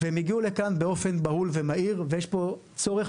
הם הגיעו לכאן באופן בהול ומהיר ויש פה צורך